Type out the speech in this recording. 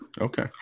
okay